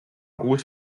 kuus